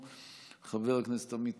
חבר הכנסת מנסור עבאס,